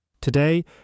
Today